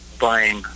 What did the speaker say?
buying